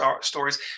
stories